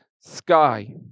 sky